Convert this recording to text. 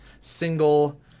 single